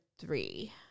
three